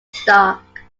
stock